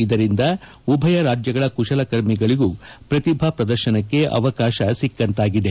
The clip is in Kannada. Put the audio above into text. ಇದರಿಂದ ಉಭಯ ರಾಜ್ಯಗಳ ಕುಶಲಕರ್ಮಿಗಳಗೂ ಪ್ರತಿಭಾ ಪ್ರದರ್ಶನಕ್ಕೆ ಅವಕಾಶ ಸಿಕ್ಕಂತಾಗಿದೆ